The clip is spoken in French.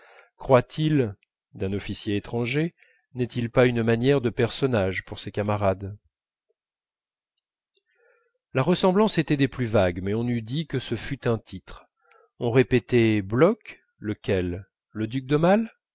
croit-il d'un officier étranger n'est-il pas une manière de personnage pour ses camarades la ressemblance était des plus vagues mais on eût dit que ce fût un titre on répétait bloch lequel le duc d'aumale